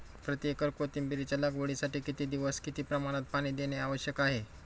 प्रति एकर कोथिंबिरीच्या लागवडीसाठी किती दिवस किती प्रमाणात पाणी देणे आवश्यक आहे?